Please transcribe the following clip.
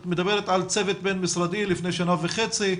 את מדברת על צוות בין-משרדי מלפני שנה וחצי,